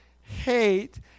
hate